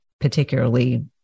particularly